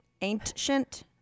ancient